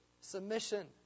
submission